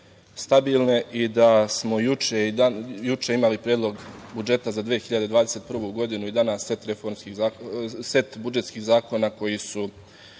i da smo juče imali predlog budžeta za 2021. godinu i danas set budžetskih zakona koji je